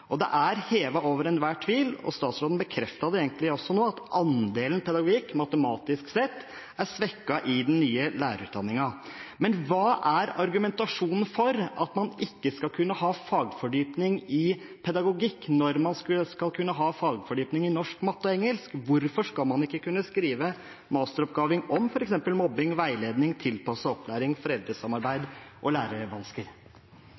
Det er hevet over enhver tvil, og statsråden bekreftet det egentlig også nå, at andelen pedagogikk, matematisk sett, er svekket i den nye lærerutdanningen. Men hva er argumentasjonen for at man ikke skal kunne ha fagfordypning i pedagogikk når man skal kunne ha fagfordypning i norsk, matte og engelsk? Hvorfor skal man ikke kunne skrive masteroppgave om f.eks. mobbing, veiledning, tilpasset opplæring,